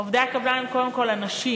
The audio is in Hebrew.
עובדי הקבלן הם קודם כול אנשים,